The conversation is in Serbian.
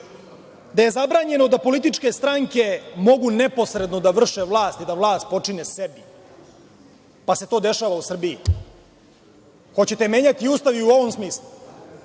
da je zabranjeno da političke stranke mogu neposredno da vrše vlast i da vlast potčine sebi, pa se to dešava u Srbiji. Hoćete menjati Ustav i u ovom smislu